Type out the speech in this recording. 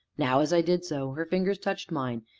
now, as i did so, her fingers touched mine,